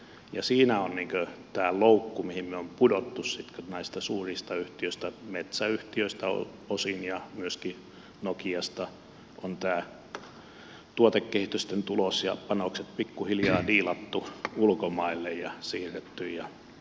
ja siinä on tämä loukku mihin me olemme pudonneet sitten kun näistä suurista yhtiöistä metsäyhtiöistä osin ja myöskin nokiasta on tämä tuotekehitysten tulos ja panokset pikkuhiljaa siirretty ja diilattu ulkomaille